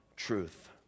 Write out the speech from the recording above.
truth